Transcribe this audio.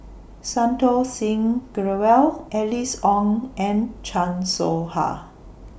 Santokh Singh Grewal Alice Ong and Chan Soh Ha